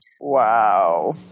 Wow